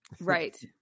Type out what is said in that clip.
Right